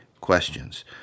questions